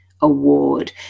award